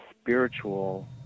spiritual